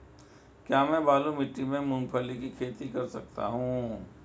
क्या मैं बालू मिट्टी में मूंगफली की खेती कर सकता हूँ?